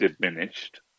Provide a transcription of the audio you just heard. diminished